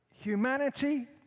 humanity